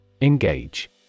Engage